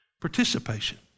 participation